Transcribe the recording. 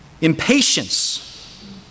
Impatience